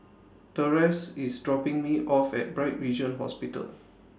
Therese IS dropping Me off At Bright Vision Hospital